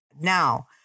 Now